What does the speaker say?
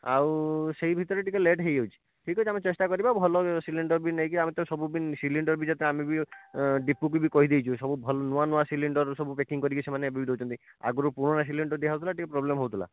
ଆଉ ସେଇ ଭିତରେ ଟିକିଏ ଲେଟ୍ ହେଇଯାଉଛି ଠିକ୍ ଅଛି ଆମେ ଚେଷ୍ଟା କରିବା ଭଲ ସିଲିଣ୍ଡର୍ ବି ନେଇକି ଆମେ ତ ସବୁଦିନ ସିଲିଣ୍ଡର୍ ବି ଯେତେ ଆମେ ବି ଦିପୁ କୁ ବି କହିଦେଇଛୁ ସବୁ ନୂଆ ନୂଆ ସିଲିଣ୍ଡର୍ ସବୁ ପ୍ୟାକିଙ୍ଗ୍ କରିକି ସେମାନେ ଏବେ ବି ଦେଉଛନ୍ତି ଆଗରୁ ପୁରୁଣା ସିଲିଣ୍ଡର୍ ଦିଆ ହେଉଥିଲା ଟିକିଏ ପ୍ରୋବ୍ଲେମ୍ ହେଉଥିଲା